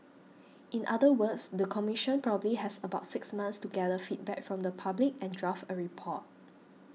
in other words the Commission probably has about six months to gather feedback from the public and draft a report